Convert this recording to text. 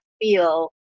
feel